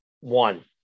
one